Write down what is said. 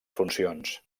funcions